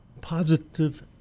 Positive